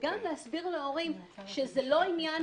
וגם להסביר להורים שזה לא עניין